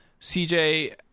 CJ